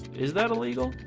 is that illegal?